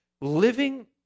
Living